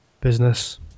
business